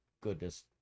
goodness